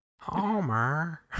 Homer